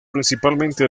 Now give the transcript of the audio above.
principalmente